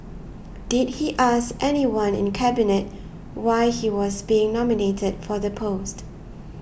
did he ask anyone in Cabinet why he was being nominated for the post